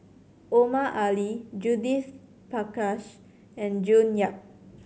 Omar Ali Judith Prakash and June Yap